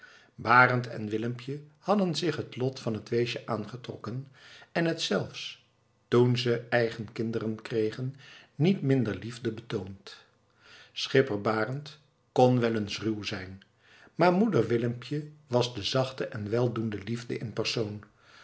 barend en willempje hadden zich het lot van het weesje aangetrokken en het zelfs toen ze eigen kinderen kregen niet minder liefde betoond schipper barend kon wel eens ruw zijn maar moeder willempje was de zachte en weldoende liefde in persoon